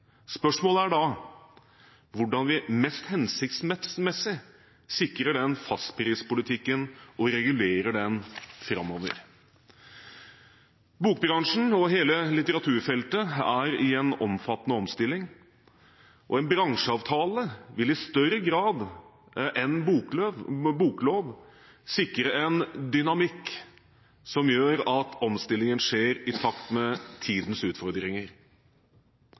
Spørsmålet er da hvordan vi mest hensiktsmessig sikrer den fastprispolitikken og regulerer den framover. Bokbransjen og hele litteraturfeltet er i en omfattende omstilling, og en bransjeavtale vil, i større grad enn Boklöv – boklov – sikre en dynamikk som gjør at omstillingen skjer i takt med tidens utfordringer.